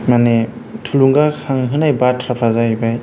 माने थुलुंगाखांहोनाय बाथ्राफ्रा जाहैबाय